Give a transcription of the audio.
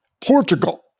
Portugal